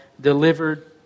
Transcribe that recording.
delivered